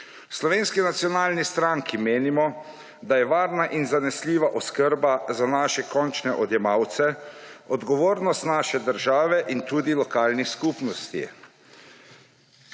Slovenski nacionalni stranki menimo, da je varna in zanesljiva oskrba za naše končne odjemalce odgovornost naše države in tudi lokalnih skupnosti.